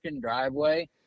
driveway